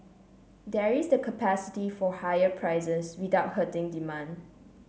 there is the capacity for higher prices without hurting demand